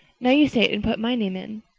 now you say it and put my name in.